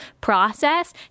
process